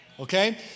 Okay